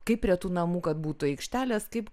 kaip prie tų namų kad būtų aikštelės kaip